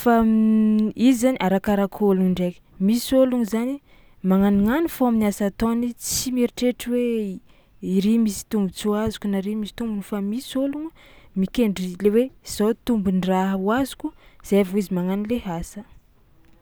fô izy zainy arakaraka ôlogno ndraiky misy ôlogno zany magnanognano fao amin'ny asa ataony tsy mieritreritry hoe iry misy tombontsoa azoko na ry misy tombony fa misy ôlogno mikendry le hoe zao tombon-draha ho azoko zay vao izy magnano le asa.